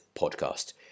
podcast